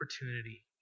opportunity